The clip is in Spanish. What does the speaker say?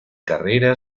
carrera